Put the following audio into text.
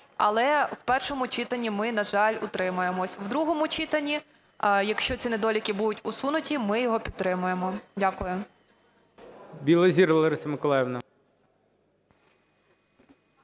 Але в першому читанні ми, на жаль, утримаємось. В другому читанні, якщо ці недоліки будуть усунуті, ми його підтримаємо. Дякую.